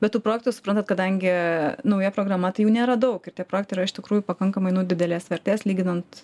bet tų projektų suprantat kadangi nauja programa tai jų nėra daug ir tie projektai iš tikrųjų pakankamai nu didelės vertės lyginant